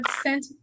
sent